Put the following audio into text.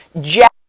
jack